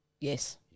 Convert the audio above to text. Yes